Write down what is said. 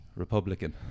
Republican